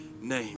name